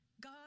God